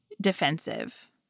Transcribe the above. defensive